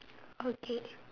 okay